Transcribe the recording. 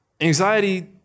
anxiety